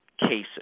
cases